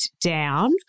down